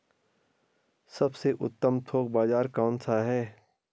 सबसे उत्तम थोक बाज़ार कौन सा है?